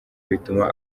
bituma